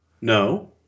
No